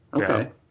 okay